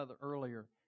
earlier